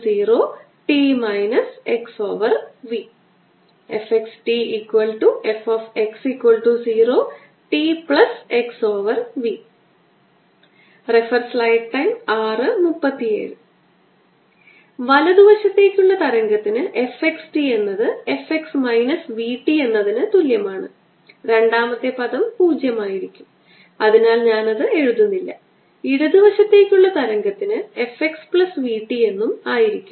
അതിനാൽ pi ഇരുവശത്തുനിന്നും റദ്ദാക്കുന്നു r 1 r 1 ഇരുവശത്തുനിന്നും റദ്ദാക്കുന്നു l ഇരുവശത്തുനിന്നും റദ്ദാക്കുന്നു അതിനാൽ E 1 മാഗ്നിറ്റ്യൂഡ് പൈക്ക് തുല്യമാണ് പൈ റദ്ദാക്കി എന്നത് ഒരു rho എന്നതിന് തുല്യമാണ് ക്ഷമിക്കണം r 1 rho ഓവർ 2 എപ്സിലോൺ 0 ന് തുല്യമാണ്